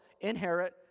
inherit